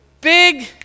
big